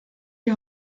die